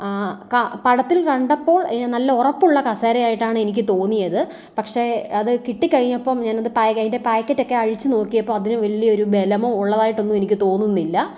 ആ ക പടത്തിൽ കണ്ടപ്പോൾ അതിന് നല്ല ഉറപ്പുള്ള കസേരയായിട്ടാണ് എനിക്ക് തോന്നിയത് പക്ഷേ അത് കിട്ടി കഴിഞ്ഞപ്പം ഞാൻ അത് അതിൻ്റെ പാക്കറ്റ് ഒക്കെ അഴിച്ച് നോക്കിയപ്പം അതിന് വലിയ ഒരു ബലമോ ഉള്ളതായിട്ടൊന്നും എനിക്ക് തോന്നുന്നില്ല